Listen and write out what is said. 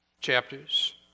chapters